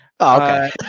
Okay